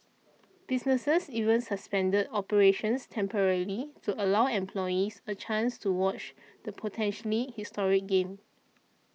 businesses even suspended operations temporarily to allow employees a chance to watch the potentially historic game